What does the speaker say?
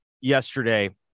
yesterday